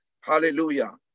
Hallelujah